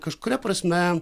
kažkuria prasme